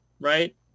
right